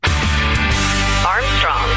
Armstrong